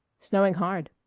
snowing hard.